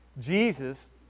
Jesus